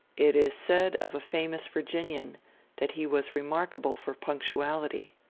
it is said of a famous virginian that he was remarkable for punc tuality.